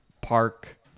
park